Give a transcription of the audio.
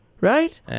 right